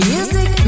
Music